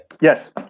Yes